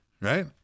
right